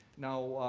now,